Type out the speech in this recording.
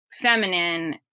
feminine